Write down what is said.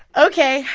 ok,